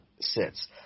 sits